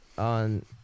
On